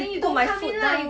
I put my foot down